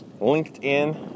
LinkedIn